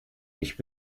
nicht